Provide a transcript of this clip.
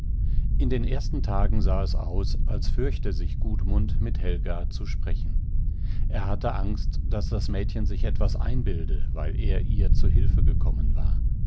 in den ersten tagen sah es aus als fürchte sich gudmund mit helga zu sprechen er hatte angst daß das mädchen sich etwas einbilde weil er ihr zu hilfe gekommen war